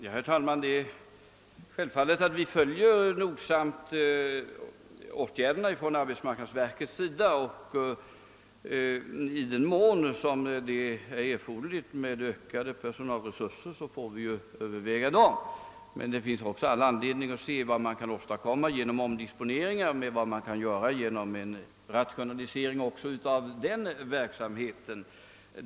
Herr talman! Det är självfallet att vi nogsamt följer åtgärderna från arbetsmarknadsverkets sida, och i den mån det blir erforderligt med ökade personalresurser får vi överväga det. Men det finns också all anledning att undersöka vad man kan åstadkomma genom omdisponeringar och genom rationalisering också av den verksamheten.